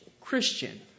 Christian